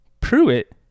Pruitt